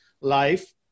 life